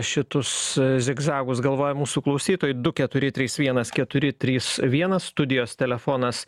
šitus zigzagus galvoja mūsų klausytojai du keturi trys vienas keturi trys vienas studijos telefonas